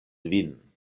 vin